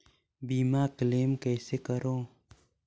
बीमा क्लेम कइसे करों?